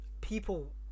people